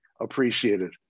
appreciated